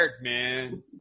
man